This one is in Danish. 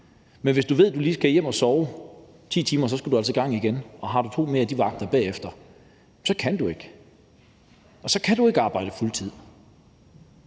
men hvis du ved, at du lige skal hjem og sove 10 timer, og at du altså så skal i gang igen, og at du har to af de vagter mere bagefter, så kan du ikke, og så kan du ikke arbejde fuldtid.